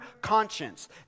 conscience